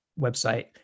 website